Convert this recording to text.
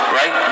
right